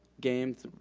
games.